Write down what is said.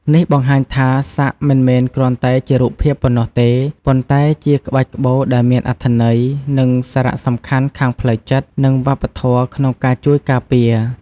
នេះបង្ហាញថា សាក់មិនមែនគ្រាន់តែជារូបភាពប៉ុណ្ណោះទេ ប៉ុន្តែជាក្បាច់ក្បូរដែលមានអត្ថន័យ និងសារៈសំខាន់ខាងផ្លូវចិត្ត និងវប្បធម៌ក្នុងការជួយការពារ។